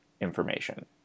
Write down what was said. information